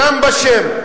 בשם.